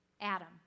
Adam